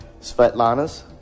Svetlanas